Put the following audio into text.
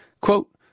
Quote